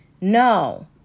No